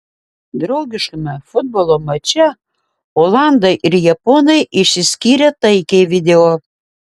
draugiškame futbolo mače olandai ir japonai išsiskyrė taikiai video